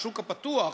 השוק הפתוח,